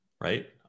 right